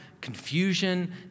confusion